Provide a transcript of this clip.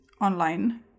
online